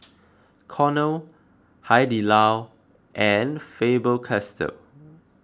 Cornell Hai Di Lao and Faber Castell